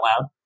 loud